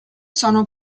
sono